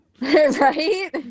Right